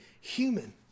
human